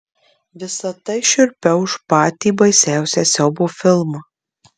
visa tai šiurpiau už patį baisiausią siaubo filmą